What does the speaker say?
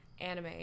anime